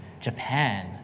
Japan